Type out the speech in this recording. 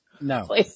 no